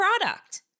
product